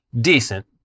decent